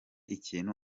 ikintu